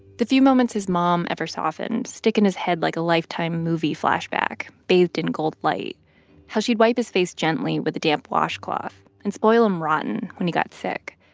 the few moments his mom ever softened stick in his head like a lifetime movie flashback, bathed in gold light how she'd wipe his face gently with a damp washcloth and spoil him rotten when he got sick,